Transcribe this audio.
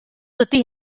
dydy